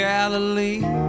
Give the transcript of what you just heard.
Galilee